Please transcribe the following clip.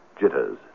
Jitters